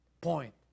point